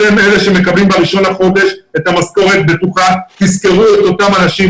אתם אלה שמקבלים ב-1 בחודש את המשכורת הבטוחה אבל תזכרו את אותם אנשים